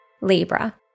Libra